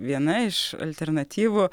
viena iš alternatyvų